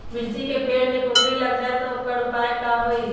मिर्ची के पेड़ में कोकरी लग जाये त वोकर उपाय का होई?